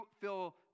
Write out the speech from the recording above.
feel